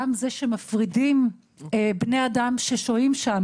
גם זה שמפרידים בני אדם ששוהים שם